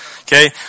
okay